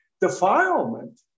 defilement